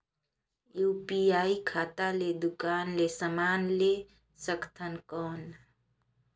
UPI खाता ले दुकान ले समान ले सकथन कौन?